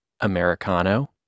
americano